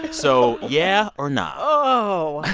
so yeah or nah? oh,